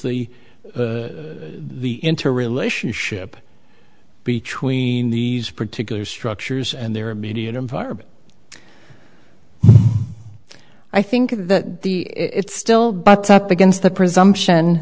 the the interrelationship between these particular structures and their immediate environment i think that the it's still butts up against the presumption